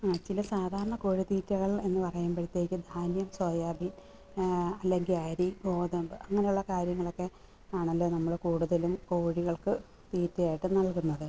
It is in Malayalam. ആ ചില സാധാരണ കോഴിത്തീറ്റകൾ എന്നു പറയുമ്പോഴത്തേക്ക് ധാന്യം സോയാബീൻ അല്ലെങ്കിൽ അരി ഗോതമ്പ് അങ്ങനെയുള്ള കാര്യങ്ങളൊക്കെ ആണല്ലോ നമ്മൾ കൂടുതലും കോഴികൾക്ക് തീറ്റയായിട്ട് നൽകുന്നത്